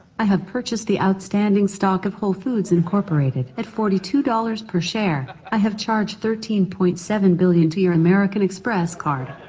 i have purchased the outstanding stock of whole foods incorporated at forty two dollars per share. i have charged thirteen point seven billion to your american express card.